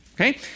okay